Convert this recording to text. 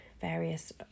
various